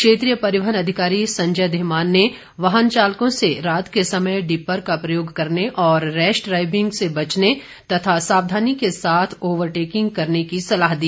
क्षेत्रीय परिवहन अधिकारी संजय धीमान ने वाहन चालकों से रात के समय डीपर का प्रयोग करने रैश ड्राईविंग से बचने और सावधानी के साथ ओवर टेकिंग करने की सलाह दी